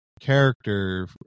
character